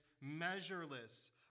measureless